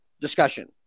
discussion